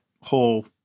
whole